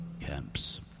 camps